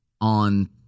On